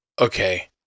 okay